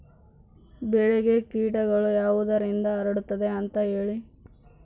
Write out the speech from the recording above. ಬೆಳೆಗೆ ಕೇಟಗಳು ಯಾವುದರಿಂದ ಹರಡುತ್ತದೆ ಅಂತಾ ಹೇಳಿ?